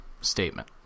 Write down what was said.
statement